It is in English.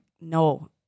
no